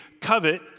covet